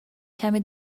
کمی